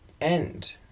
end